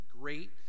great